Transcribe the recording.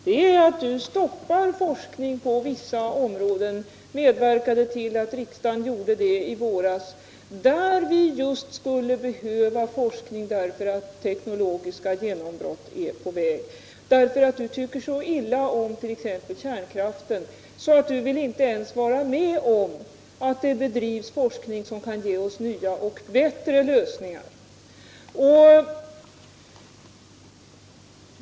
Den skada som du, Olof Johansson, har gjort är att du medverkade till att riksdagen i våras stoppade forskning på vissa områden, där vi just skulle behöva forskning därför att teknologiska genombrott är på väg. Du tycker så illa om kärnkraften att du inte ens vill vara med om att det bedrivs forskning som kan ge oss nya och bättre lösningar.